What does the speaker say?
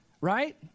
right